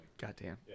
Goddamn